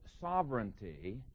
sovereignty